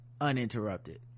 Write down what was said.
uninterrupted